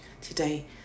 today